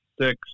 six